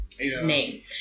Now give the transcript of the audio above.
name